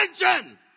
attention